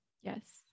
Yes